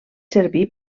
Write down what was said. servir